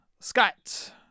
Scott